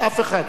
אף אחד.